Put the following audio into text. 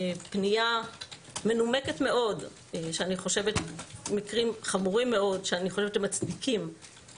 פנייה מנומקת מאוד של מקרים חמורים מאוד שאני